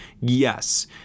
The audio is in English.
Yes